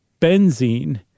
benzene